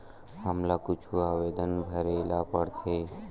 हमला कुछु आवेदन भरेला पढ़थे?